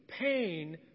pain